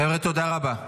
חבר'ה, תודה רבה.